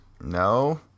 No